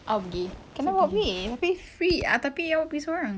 awak pergi kenapa awak pergi tapi free tapi awak pergi seorang